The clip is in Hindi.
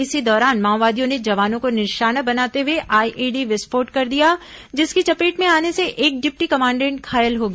इसी दौरान माओवादियों ने जवानों को निशाना बनाते हुए आईईडी विस्फोट कर दिया जिसकी चपेट में आने से एक डिप्टी कमांडेंट घायल हो गया